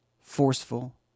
Forceful